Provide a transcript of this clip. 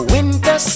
Winter